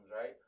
right